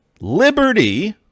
Liberty